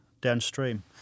downstream